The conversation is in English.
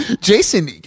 Jason